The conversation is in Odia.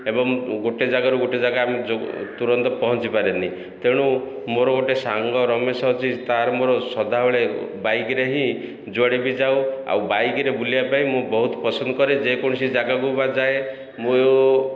ଏବଂ ଗୋଟିଏ ଜାଗାରୁ ଗୋଟିଏ ଜାଗା ଆମେ ଯେଉଁ ତୁରନ୍ତ ପହଞ୍ଚିପାରେନି ତେଣୁ ମୋର ଗୋଟିଏ ସାଙ୍ଗ ରମେଶ ଅଛି ତାର ମୋର ସଦାବେଳେ ବାଇକ୍ରେ ହିଁ ଯୁଆଡ଼େ ବି ଯାଉ ଆଉ ବାଇକ୍ରେ ବୁଲିବା ପାଇଁ ମୁଁ ବହୁତ ପସନ୍ଦ କରେ ଯେକୌଣସି ଜାଗାକୁ ବା ଯାଏ ମୁଁ